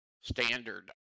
standard